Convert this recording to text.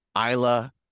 Isla